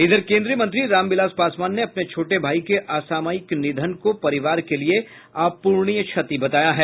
इधर कोन्द्रीय मंत्री राम विलास पासवान ने अपने छोटे भाई को असामयिक निधन को परिवार के लिए अपूर्णनीय क्षति बताया है